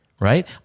Right